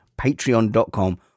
Patreon.com